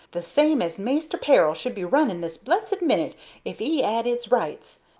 the same as maister peril should be running this blessed minute if e ad is rights,